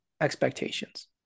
expectations